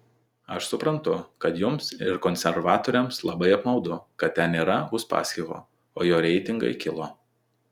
aš suprantu kad jums ir konservatoriams labai apmaudu kad ten nėra uspaskicho o jo reitingai kilo